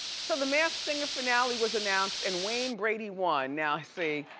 so, the masked singer finale was announced and wayne brady won, now see.